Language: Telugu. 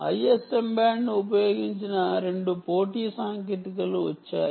ISM బ్యాండ్ను ఉపయోగించిన 2 పోటీ సాంకేతికతలు వచ్చాయి